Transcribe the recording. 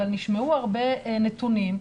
אבל נשמעו הרבה נתונים,